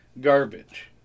garbage